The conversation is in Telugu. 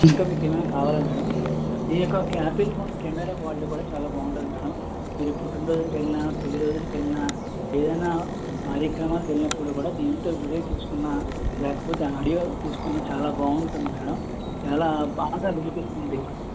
ఇంకా మీకు ఏమైనా కావాలా మేడం ఈ యొక్క ఒక యాపిల్ ఫోన్ కెమెరా క్వాలిటీ చాలా బాగుంటుంది మేడం మీరు పుట్టినరోజులకు వెళ్ళినా పెళ్లి రోజులకు వెళ్ళినా ఏదైనా కార్యక్రమాలకు వెళ్ళినప్పుడు కూడా దీంతో వీడియో తీసుకున్న లేకపోతే ఆడియో తీసుకున్న చాలా బాగుంటుంది మేడం చాలా బాగా వినిపిస్తుంది